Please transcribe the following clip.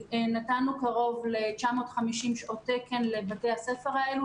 נתנו קרוב ל-950 שעות תקן לבתי-הספר האלה,